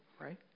right